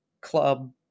club